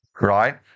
right